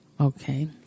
Okay